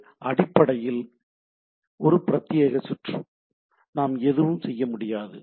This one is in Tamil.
அது அடிப்படையில் ஒரு பிரத்யேகச் சுற்று நாம் எதுவும் செய்ய முடியாது